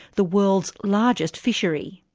the world's largest fishery.